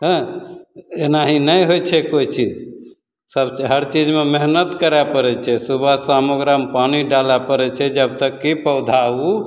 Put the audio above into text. हँ एनाही नहि होइ छै कोइ चीज सभ हर चीजमे मेहनत करै पड़ै छै सुबह शाम ओकरामे पानि डालऽ पड़ै छै जब तक कि पौधा ओ